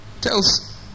Tells